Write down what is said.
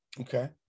okay